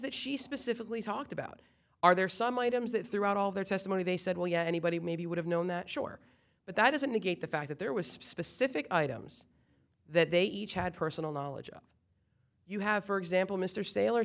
that she specifically talked about are there some items that throughout all their testimony they said well you know anybody maybe would have known that sure but that doesn't negate the fact that there was specific items that they each had personal knowledge of you have for example mr sa